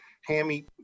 Hammy